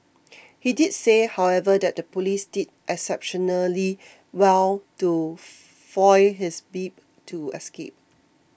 he did say however that the police did exceptionally well to foil his bid to escape